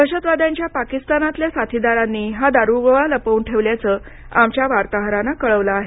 दहशतवाद्यांच्या पाकिस्तानातल्या साथीदारांनी हा दारुगोळा लपवून ठेवल्याचं आमच्या वार्ताहरानं कळवलं आहे